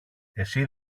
εσύ